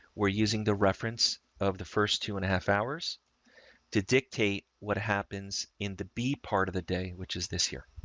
we're using the reference of the first two and a half hours to dictate what happens in the b part of the day, which is this year.